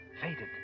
faded